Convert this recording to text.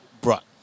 brought